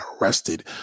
arrested